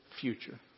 future